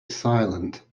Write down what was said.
silent